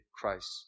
Christ